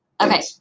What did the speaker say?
Okay